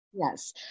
Yes